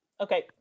Okay